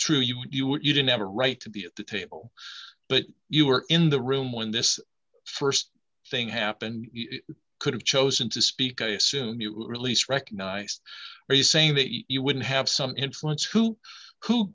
what you didn't have a right to be at the table but you were in the room when this st thing happened could have chosen to speak i assume you released recognised are you saying that you wouldn't have some influence who who